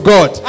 God